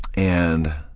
and